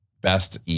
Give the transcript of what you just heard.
best